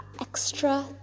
extra